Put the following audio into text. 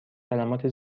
کلمات